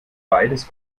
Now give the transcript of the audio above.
beides